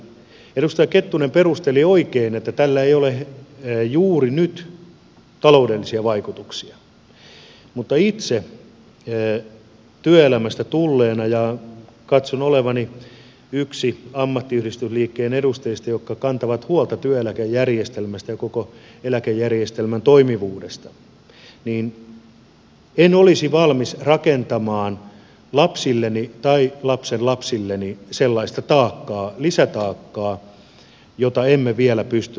edustaja kettunen perusteli oikein että tällä ei ole juuri nyt taloudellisia vaikutuksia mutta itse työelämästä tulleena ja katson olevani yksi ammattiyhdistysliikkeen edustajista jotka kantavat huolta työeläkejärjestelmästä ja koko eläkejärjestelmän toimivuudesta en olisi valmis rakentamaan lapsilleni tai lapsenlapsilleni sellaista lisätaakkaa jota emme vielä pysty arvioimaan